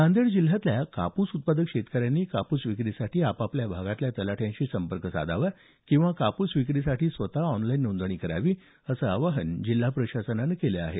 नांदेड जिल्ह्यातल्या कापूस उत्पादक शेतकऱ्यांनी कापूस विक्रीसाठी आपल्या भागातल्या तलाठ्याशी संपर्क साधावा किंवा कापूस विक्रीसाठी स्वत ऑनलाईन नोंद करावी असं आवाहन जिल्हा प्रशासनानं केलं आहे